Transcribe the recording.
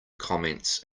comments